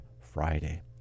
Friday